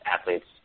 athletes